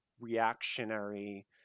reactionary